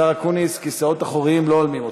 השר אקוניס, כיסאות אחוריים לא הולמים אותך.